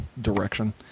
direction